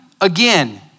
again